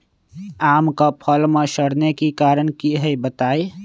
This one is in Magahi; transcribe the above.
आम क फल म सरने कि कारण हई बताई?